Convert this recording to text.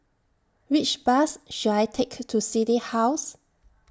Which Bus should I Take to City House